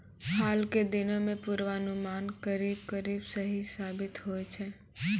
हाल के दिनों मॅ पुर्वानुमान करीब करीब सही साबित होय छै